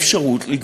לך.